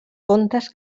contes